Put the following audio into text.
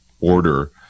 order